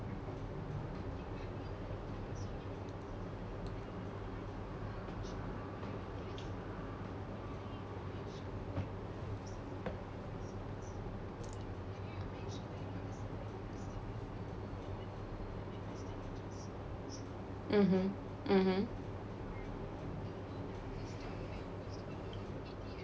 mmhmm mmhmm